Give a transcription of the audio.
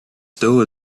still